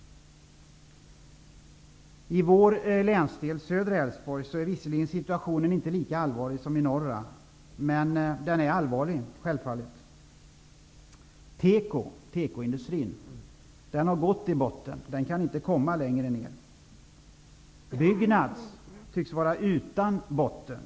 I min länsdel, södra Älvsborg, är visserligen situationen inte lika allvarlig som i norra. Men den är självfallet allvarlig. Tekoindustrin har gått i botten. Den kan inte komma längre ner. Byggnadsindustrin tycks vara utan botten.